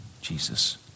Jesus